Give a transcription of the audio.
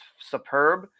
superb